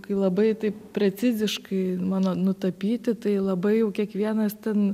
kai labai taip preciziškai mano nutapyti tai labai jau kiekvienas ten